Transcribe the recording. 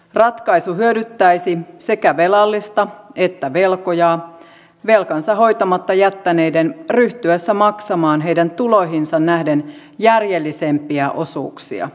ratkaisu hyödyttäisi sekä velallista että velkojaa velkansa hoitamatta jättäneiden ryhtyessä maksamaan heidän tuloihinsa nähden järjellisempiä osuuksia